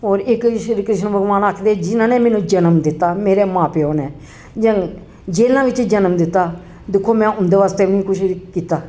होर इक श्री कृष्ण भगवान आखदे जिना ने मैनू जनम दित्ता मेरे मां प्यो ने ज जिना बिच्च जनम दित्ता दिक्खो में उं'दे बास्तै बी कुछ कीता